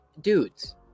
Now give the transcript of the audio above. dudes